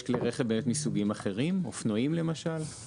יש כלי רכב מסוגים אחרים, אופנועים למשל?